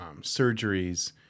surgeries